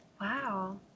wow